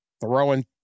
throwing